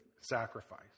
sacrifice